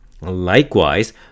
Likewise